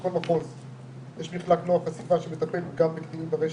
בכל מחוז יש מחלק נוער חשיפה שמטפל גם בקטינים ברשת,